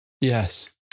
Yes